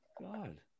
God